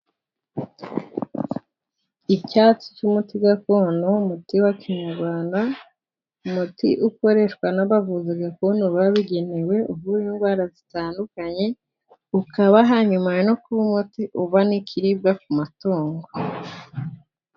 Icyatsi cy'umuti gakondo umuti wa kinyarwanda, umuti ukoreshwa n'abavuzi gakondo babigenewe, uvura indwara zitandukanye ukaba hanyuma, no kuba umuti uba n'ikiribwa ku matungo.